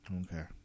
Okay